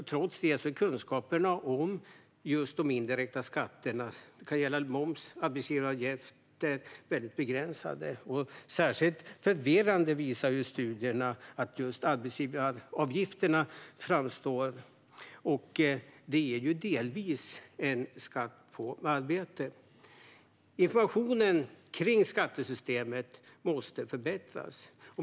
Trots det är kunskaperna om just de indirekta skatterna - det kan gälla moms eller arbetsgivaravgifter - väldigt begränsade. Studierna visar att just arbetsgivaravgifterna framstår som särskilt förvirrande, och de är ju delvis en skatt på arbete. Informationen om skattesystemet måste förbättras.